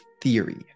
theory